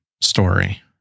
story